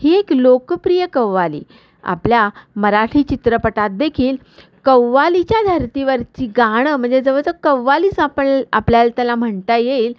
ही एक लोकप्रिय कव्वाली आपल्या मराठी चित्रपटात देखील कव्वालीच्या धर्तीवरती गाणं म्हणजे जवळ ज कव्वालीच आपल आपल्याला त्याला म्हणता येईल